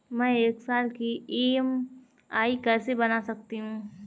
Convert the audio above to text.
मैं एक साल की ई.एम.आई कैसे बना सकती हूँ?